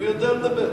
הוא יודע לדבר.